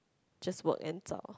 just work and zao